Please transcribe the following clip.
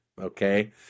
okay